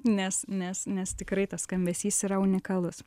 nes nes nes tikrai tas skambesys yra unikalus